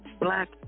Black